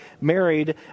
married